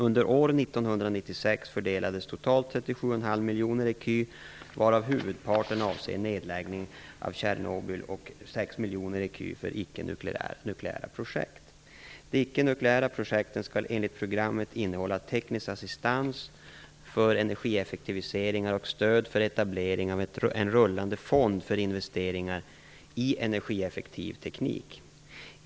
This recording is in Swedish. Under år 1996 fördelas totalt 37,5 miljoner ecu, varav huvudparten avser nedläggning av Tjernobyl och 6 De icke-nukleära projekten skall enligt programmet innehålla tekniskt assistans för energieffektiviseringar och stöd för etablering av en rullande fond för investeringar i energieffektiv teknik.